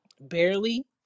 Barely